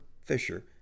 Fisher